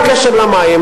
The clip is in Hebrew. בקשר למים,